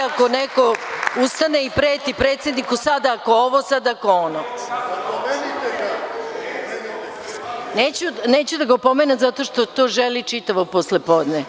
Ako neko ustane i preti predsedniku – sada, ako ovo, ako ono… neću da ga opomenem, zato što to želi čitavo poslepodne.